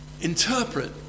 interpret